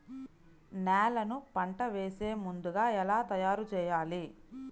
నేలను పంట వేసే ముందుగా ఎలా తయారుచేయాలి?